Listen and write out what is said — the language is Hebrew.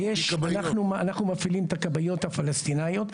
אנחנו מפעילים את הכבאיות הפלסטינאיות,